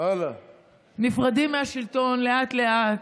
נפרדים מהשלטון לאט-לאט.